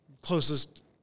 closest